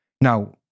Now